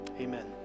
Amen